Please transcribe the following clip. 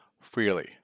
freely